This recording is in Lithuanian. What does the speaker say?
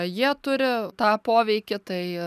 jie turi tą poveikį tai